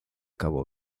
cabo